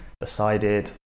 decided